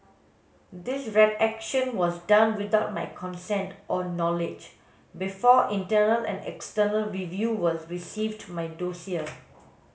this redaction was done without my consent or knowledge before internal and external reviewers received my dossier